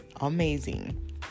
amazing